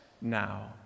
now